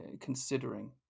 considering